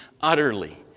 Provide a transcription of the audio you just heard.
utterly